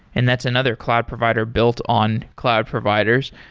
and that's another cloud provider built on cloud providers.